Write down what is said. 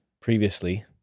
Previously